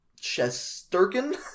Chesterkin